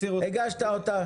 הגשת אותה.